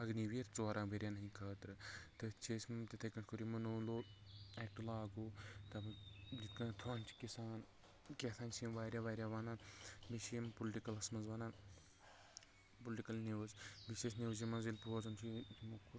اگنی ویٖر ژورَن ؤریَن ہِندۍ خٲطرٕ تٔتھۍ چھِ أسۍ مٕتۍ تِتِھٕے پٲٹھۍ کوٚر یِمو نوٚو نوٚو ایکٹ لاگوٗ یتھ کٔنۍ چھِ کِسان کِسان چھِ یم واریاہ واریاہ وَنان بیٚیہِ چھِ یم پُلٹِکلس منٛز ونن پُلٹِکل نوٕز یُس أسۍ نِوزِ منٛز ییٚلہِ بوزن چھ